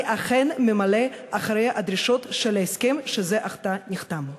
אכן ממלא אחר הדרישות של ההסכם שזה עתה נחתם.